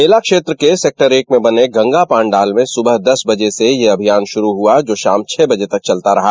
मेला क्षेत्र के सेक्टर एक में बने गंगा पांडा में सुबह दस बजे से यह अभियान शुरू हुआ जो शाम छह बजे तक चलता रहा